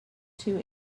two